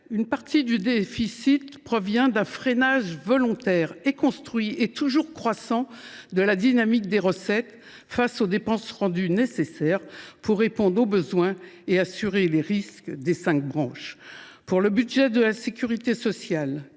une partie du déficit provient d’un freinage volontaire, construit et toujours à l’œuvre de la dynamique des recettes face aux dépenses rendues nécessaires pour répondre aux besoins et assurer les risques des cinq branches. Pour le budget de la sécurité sociale